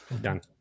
Done